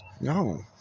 No